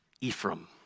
Ephraim